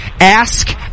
Ask